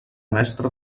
mestre